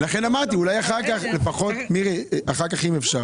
לכן אמרתי שאולי אחר כך לפחות, מירי, אם אפשר.